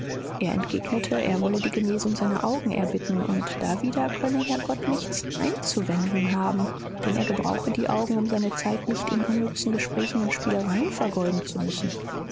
er entgegnete er wolle die genesung seiner augen erbitten und dawider könne ja gott nichts einzuwenden haben denn er gebrauche die augen um seine zeit nicht in unnützen gesprächen und spielereien vergeuden zu müssen